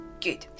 Good